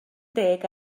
deg